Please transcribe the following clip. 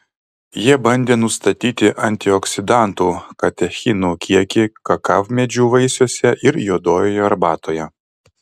jie bandė nustatyti antioksidantų katechinų kiekį kakavmedžių vaisiuose ir juodojoje arbatoje